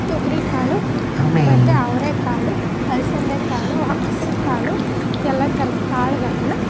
ತೊಗರಿ ಕಾಳು ಮತ್ತೆ ಅವರೆ ಕಾಳು ಹಲಸಂದೆ ಕಾಳು ಹಸ್ರು ಕಾಳು ಎಲ್ಲ ಥರದ ಕಾಳುಗಳನ್ನ